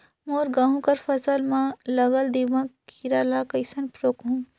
मोर गहूं कर फसल म लगल दीमक कीरा ला कइसन रोकहू?